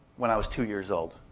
when i was two years old,